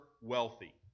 wealthy